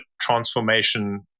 transformation